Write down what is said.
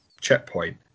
checkpoint